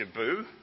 Shabu